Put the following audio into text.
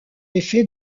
effet